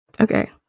Okay